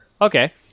Okay